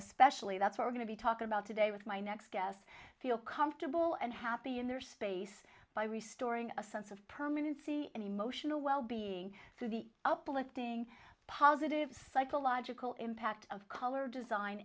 especially that's what we're going to talk about today with my next guest feel comfortable and happy in their space by restoring a sense of permanency and emotional wellbeing through the uplifting positive psychological impact of color design